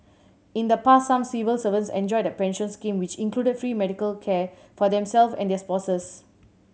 in the past some civil servants enjoyed a pension scheme which included free medical care for themselves and their spouses